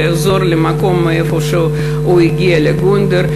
שיחזור למקום שממנו הגיע לגונדר.